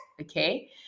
okay